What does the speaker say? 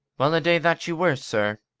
well-a-day that you were, sir!